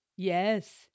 Yes